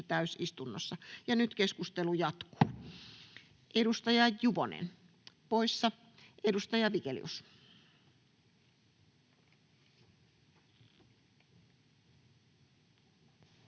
täysistunnossa, ja nyt keskustelu jatkuu. — Edustaja Juvonen poissa. — Edustaja Vigelius.